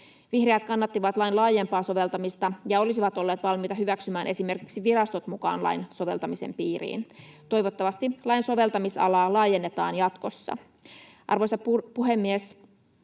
Vihreät kannattivat lain laajempaa soveltamista ja olisivat olleet valmiita hyväksymään esimerkiksi virastot mukaan lain soveltamisen piiriin. Toivottavasti lain soveltamisalaa laajennetaan jatkossa. Arvoisa puhemies!